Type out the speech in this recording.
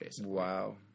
Wow